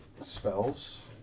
Spells